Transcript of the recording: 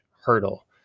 hurdle